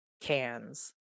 cans